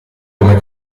come